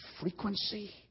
frequency